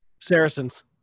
Saracens